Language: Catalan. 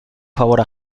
favor